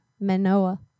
Manoa